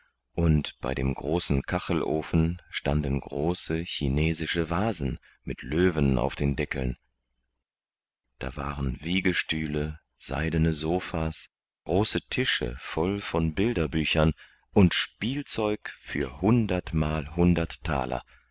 und bei dem großen kachelofen standen große chinesische vasen mit löwen auf den deckeln da waren wiegestühle seidene sophas große tische voll von bilderbüchern und spielzeug für hundertmal hundert thaler